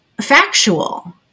factual